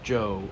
Joe